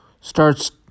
starts